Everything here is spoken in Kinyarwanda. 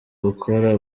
gukora